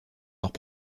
leurs